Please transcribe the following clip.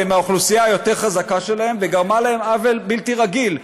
מהאוכלוסייה היותר-חזקה שלהם וגרמה להם עוול בלתי רגיל.